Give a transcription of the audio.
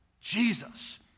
Jesus